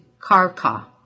Karka